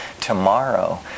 tomorrow